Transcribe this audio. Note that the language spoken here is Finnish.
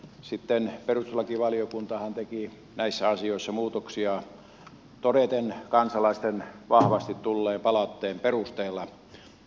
sitten perustuslakivaliokuntahan teki näissä asioissa muutoksia kansalaisten vahvasti tulleen palautteen perusteella